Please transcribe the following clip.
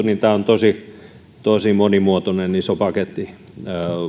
sanomana tämä on tosi tosi monimuotoinen iso paketti